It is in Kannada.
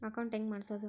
ಅಕೌಂಟ್ ಹೆಂಗ್ ಮಾಡ್ಸೋದು?